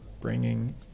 bringing